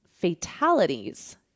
fatalities